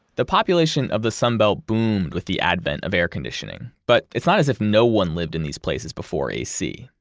the population of the sun belt boomed with the advent of air conditioning, but it's not as if no one lived in these places before ac.